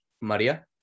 Maria